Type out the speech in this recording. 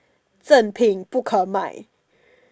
正品不可买